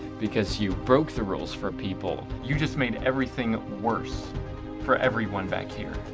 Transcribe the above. because you broke the rules for people. you just made everything worse for everyone back here!